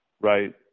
Right